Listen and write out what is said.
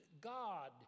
God